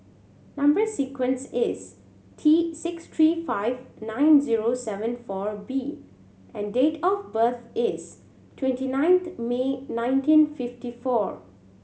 number sequence is T six three five nine zero seven four B and date of birth is twenty nine May nineteen fifty four